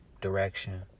direction